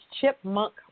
chipmunk